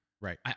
Right